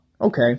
Okay